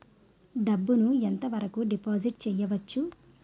డబ్బు ను ఎంత వరకు డిపాజిట్ చేయవచ్చు?